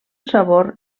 sabor